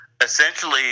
Essentially